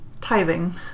Tithing